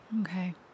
Okay